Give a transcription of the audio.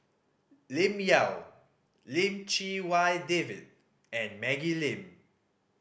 Lim Yau Lim Chee Wai David and Maggie Lim